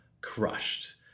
crushed